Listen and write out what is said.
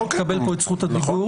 אתה תקבל פה את זכות הדיבור,